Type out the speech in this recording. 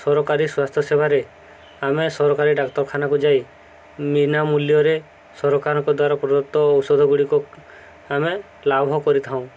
ସରକାରୀ ସ୍ୱାସ୍ଥ୍ୟ ସେବାରେ ଆମେ ସରକାରୀ ଡାକ୍ତରଖାନାକୁ ଯାଇ ବିନା ମୂଲ୍ୟରେ ସରକାରଙ୍କ ତରଫରୁ ତ ଔଷଧ ଗୁଡ଼ିକ ଆମେ ଲାଭ କରିଥାଉଁ